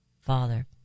Father